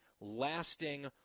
lasting